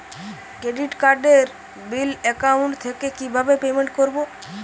Credit কার্ডের bill account থেকে কিভাবে পেমেন্ট করবো?